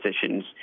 positions